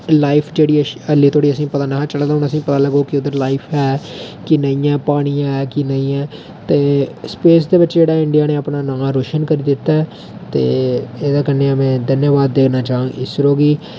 life जेह्ड़ी ऐ एल्लै धोड़ी असेंगी पता निहां चले दा हून असेंगी पता चलग की उद्धर लाईफ ऐ की नेईं ऐ पानी ऐ की नेईं ऐ ते स्पेस दे बिच इंडिया नै अपना नांऽ रोशन करी दित्ता ऐ ते एह्दे कन्नै गै में धन्नवाद देना चाह्ङ इसरो गी